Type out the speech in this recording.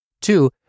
Two